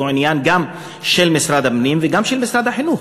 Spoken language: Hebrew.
עניין גם של משרד הפנים וגם של משרד החינוך,